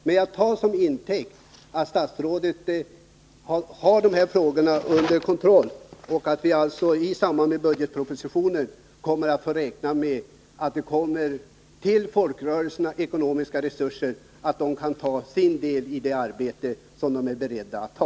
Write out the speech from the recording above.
Men jag noterar att statsrådet har dessa frågor under kontroll och att vi alltså kan räkna med att folkrörelserna i samband med arbetet med budgetpropositionen skall få ekonomiska resurser, så att de kan ta sin del av arbetet, som de också är beredda att ta.